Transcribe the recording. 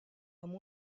amb